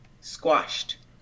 squashed